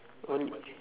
only